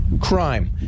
Crime